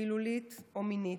מילולית ומינית.